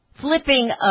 flipping